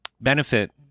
benefit